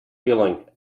feeling